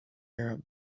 arab